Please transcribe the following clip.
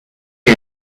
est